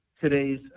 today's